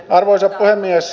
arvoisa puhemies